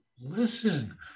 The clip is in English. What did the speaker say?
listen